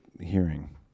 hearing